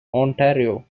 ontario